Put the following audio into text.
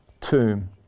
tomb